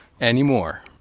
anymore